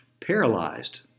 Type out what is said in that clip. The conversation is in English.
paralyzed